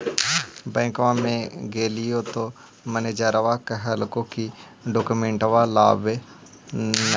बैंकवा मे गेलिओ तौ मैनेजरवा कहलको कि डोकमेनटवा लाव ने?